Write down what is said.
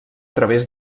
través